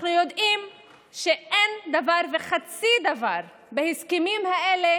אנחנו יודעים שאין דבר וחצי דבר בהסכמים האלה